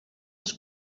els